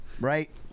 right